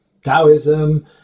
Taoism